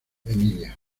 emilia